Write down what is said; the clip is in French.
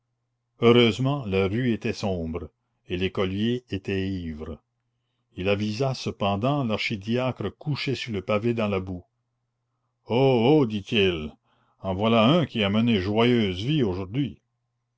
heureusement la rue était sombre et l'écolier était ivre il avisa cependant l'archidiacre couché sur le pavé dans la boue oh oh dit-il en voilà un qui a mené joyeuse vie aujourd'hui